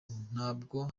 ntabwo